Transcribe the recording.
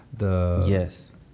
Yes